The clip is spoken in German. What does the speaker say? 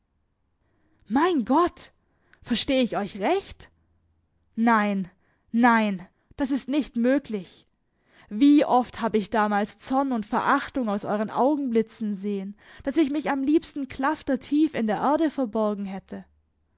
mein gott versteh ich euch recht nein nein das ist nicht möglich wie oft hab ich damals zorn und verachtung aus euren augen blitzen sehen daß ich mich am liebsten klaftertief in der erde verborgen hätte